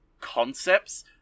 concepts